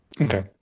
Okay